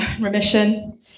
remission